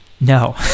No